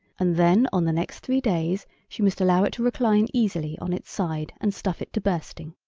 and then on the next three days she must allow it to recline easily on its side, and stuff it to bursting.